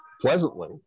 pleasantly